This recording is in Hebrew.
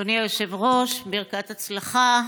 אדוני היושב-ראש, ברכת הצלחה.